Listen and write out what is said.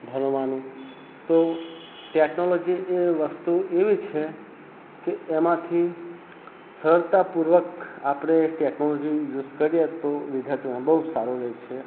ભણવાનું તો ટેકનોલોજી એ વસ્તુ એવી છે કે એમાંથી સરળતાપૂર્વક આપણે ટેકનોલોજી યુસ કરીએ તો વિધાર્થીઓને બહુ સારું રહે છે